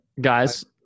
guys